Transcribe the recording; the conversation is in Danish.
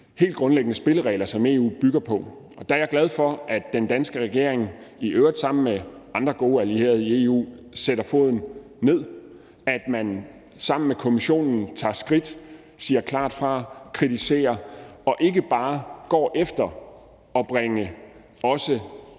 helt grundlæggende spilleregler, som EU bygger på. Der er jeg glad for, at den danske regering, i øvrigt sammen med andre gode allierede i EU, sætter foden ned, at man sammen med Kommissionen tager skridt, siger klart fra, kritiserer og ikke bare går efter at bringe også